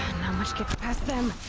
much gets past them!